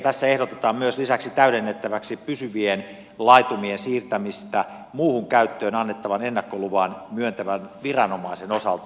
tässä ehdotetaan myös lakia täydennettäväksi pysyvän laitumen siirtämisestä muuhun käyttöön annettavan ennakkoluvan myöntävän viranomaisen osalta